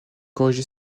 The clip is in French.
corriger